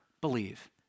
believe